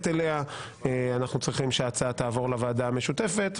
אליה אנחנו צריכים שההצעה תעבור לוועדה המשותפת,